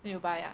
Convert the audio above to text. nearby ah